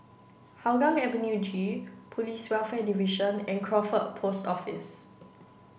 Hougang Avenue G Police Welfare Division and Crawford Post Office